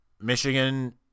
Michigan